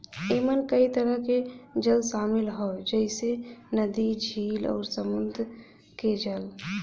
एमन कई तरह के जल शामिल हौ जइसे नदी, झील आउर समुंदर के जल